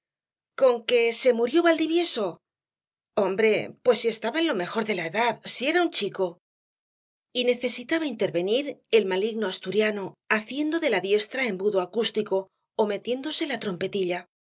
verbigracia conque se murió valdivieso hombre pues si estaba en lo mejor de la edad si era un chico y necesitaba intervenir el maligno asturiano haciendo de la diestra embudo acústico ó metiéndose la trompetilla